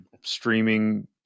streaming